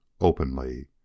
openly